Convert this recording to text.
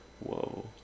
whoa